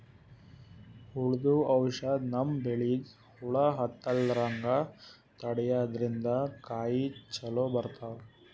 ಹುಳ್ದು ಔಷಧ್ ನಮ್ಮ್ ಬೆಳಿಗ್ ಹುಳಾ ಹತ್ತಲ್ಲ್ರದಂಗ್ ತಡ್ಯಾದ್ರಿನ್ದ ಕಾಯಿ ಚೊಲೋ ಬರ್ತಾವ್